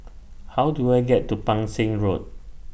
How Do I get to Pang Seng Road